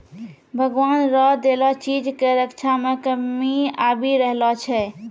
भगवान रो देलो चीज के रक्षा मे कमी आबी रहलो छै